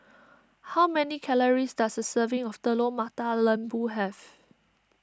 how many calories does a serving of Telur Mata Lembu have